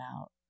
out